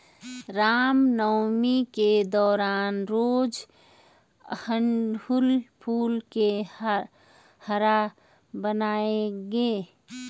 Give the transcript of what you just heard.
रामनवमी के दौरान रोज अड़हुल फूल के हार बनाएंगे